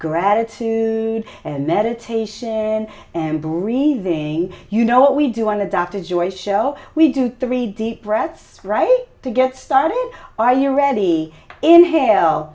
gratitude and meditation and breathing you know what we do on a dr joy show we do three deep breaths right to get started are you ready inhale